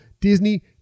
Disney